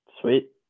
sweet